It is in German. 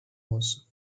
muss